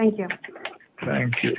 thank you thank you